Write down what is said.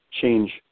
change